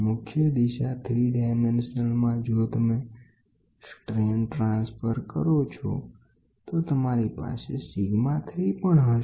મુખ્ય દિશા 3dમાં જો તમે સ્ટ્રેન ટ્રાન્સફર કરો છો તો તમારી પાસે સીગ્મા 3 પણ હશે